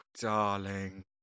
darling